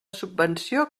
subvenció